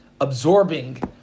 absorbing